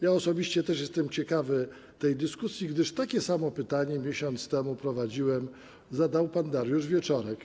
Ja osobiście też jestem ciekawy tej dyskusji, gdyż takie samo pytanie - kiedy miesiąc temu prowadziłem - zadał pan Dariusz Wieczorek.